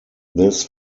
this